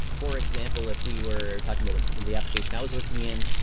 for example, if we were talking about the application i was working in,